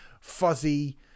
fuzzy